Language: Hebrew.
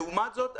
לעומת זאת,